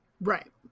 Right